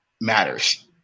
matters